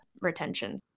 retention